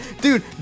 dude